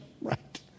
right